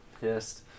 pissed